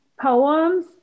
poems